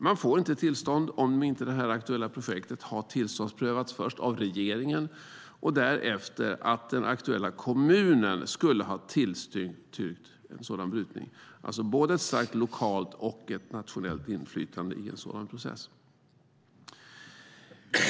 Man får inte tillstånd om inte det aktuella projektet har tillståndsprövats först av regeringen och därefter den aktuella kommunen har tillstyrkt en sådan brytning. Det är alltså fråga om starkt lokalt och nationellt inflytande i en sådan process.